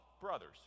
brothers